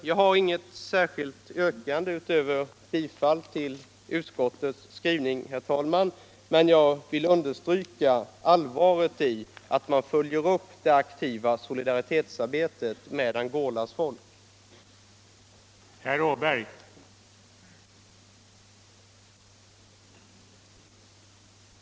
Jag har inget yrkande utöver utskottets skrivning, men Jag vill understryka allvaret i att man följer upp det aktiva solidaritetsarbetet med Angolas folk. Internationellt utvecklingssamar